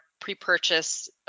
pre-purchase